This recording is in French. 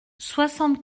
soixante